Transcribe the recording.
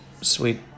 sweet